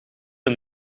een